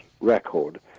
record